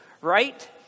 right